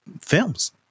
films